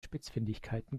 spitzfindigkeiten